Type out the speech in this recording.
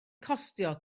costio